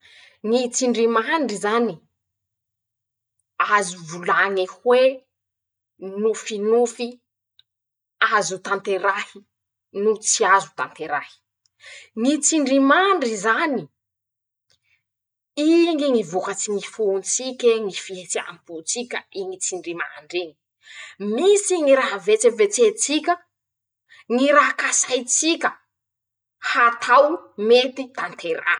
Ñy tsindry mandry zany, azo volañy hoe: -Nofinofy azo tanterahy no tsy azo tanterahy, ñy tsindy mandry zanyy, ingy ñy vokatsy ñy fo tsik'eñy, ñy fihetseham-po tsika iñy tsindry mandr'iñy, misy ñy raha vetsevetse tsika, ñy raha kasay tsika, hatao mety tanterah.